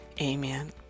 Amen